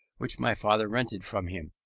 which my father rented from him,